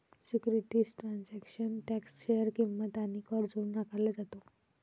securities transaction tax share किंमत आणि कर जोडून आकारला जातो